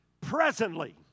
presently